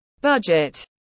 Budget